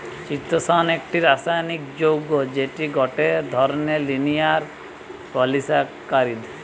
চিতোষণ একটি রাসায়নিক যৌগ্য যেটি গটে ধরণের লিনিয়ার পলিসাকারীদ